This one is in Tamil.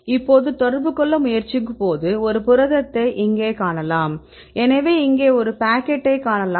இப்போது தொடர்பு கொள்ள முயற்சிக்கும்போது ஒரு புரதத்தை இங்கே காணலாம் எனவே இங்கே ஒரு பாக்கெட்டைக் காணலாம்